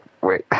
wait